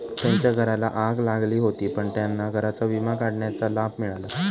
त्यांच्या घराला आग लागली होती पण त्यांना घराचा विमा काढण्याचा लाभ मिळाला